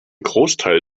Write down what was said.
großteil